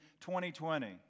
2020